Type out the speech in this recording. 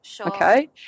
okay